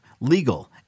legal